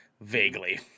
Vaguely